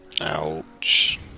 Ouch